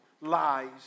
lies